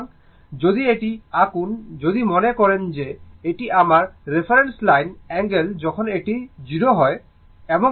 সুতরাং যদি এটি আঁকুন যদি মনে করেন যে এটি আমার রেফারেন্স লাইন অ্যাঙ্গেল যখন এটি 0 হয় এবং এটি V অ্যাঙ্গেল ϕ